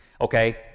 okay